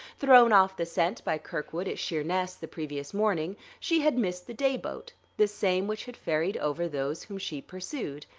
thrown off the scent by kirkwood at sheerness, the previous morning, she had missed the day boat, the same which had ferried over those whom she pursued.